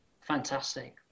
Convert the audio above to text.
Fantastic